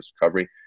recovery